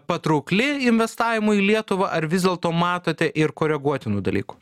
patraukli investavimui į lietuvą ar vis dėlto matote ir koreguotinų dalykų